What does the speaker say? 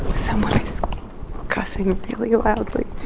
someone is cussing really loudly.